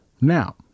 Now